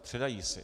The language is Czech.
Předají si.